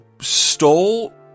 stole